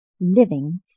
living